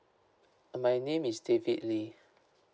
my name is david lee